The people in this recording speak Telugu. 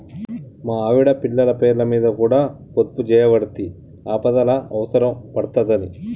మా ఆవిడ, పిల్లల పేర్లమీద కూడ పొదుపుజేయవడ్తి, ఆపదల అవుసరం పడ్తదని